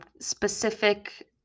specific